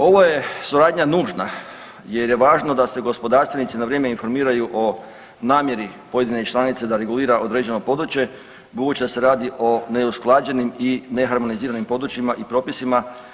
Ova je suradnja nužna jer je važno da se gospodarstvenici na vrijeme informiraju o namjeri pojedinih članica da regulira određeno područje budući da se radi o neusklađenim i neharmoniziranim područjima i propisima.